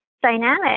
dynamic